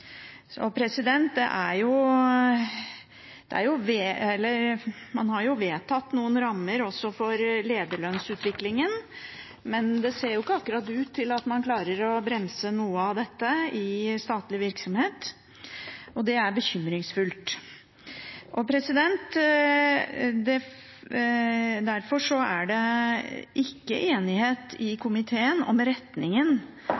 Man har vedtatt noen rammer også for lederlønnsutviklingen, men det ser ikke akkurat ut til at man klarer å bremse noe av dette i statlig virksomhet, og det er bekymringsfullt. Derfor er det ikke enighet i komiteen om retningen på den politikken staten fører i disse lønnsforhandlingene. Jeg er glad for at det har blitt enighet